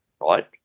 right